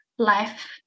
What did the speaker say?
life